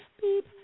beep